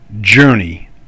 journey